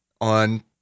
on